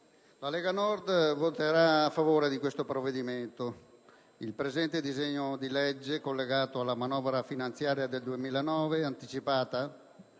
la Lega Nord voterà a favore del provvedimento in esame. Il presente disegno di legge, collegato alla manovra finanziaria del 2009, anticipata